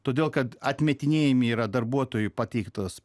todėl kad atmetinėjami yra darbuotojų pateiktos